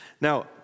Now